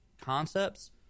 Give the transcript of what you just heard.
concepts